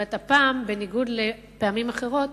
כלומר הפעם, בניגוד לפעמים אחרות,